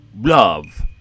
love